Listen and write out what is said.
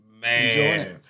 Man